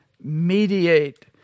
mediate